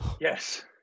Yes